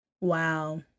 Wow